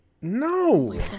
No